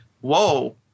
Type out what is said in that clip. whoa